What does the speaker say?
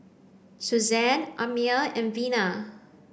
Susanne Amir and Vina